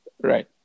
Right